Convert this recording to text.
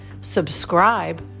subscribe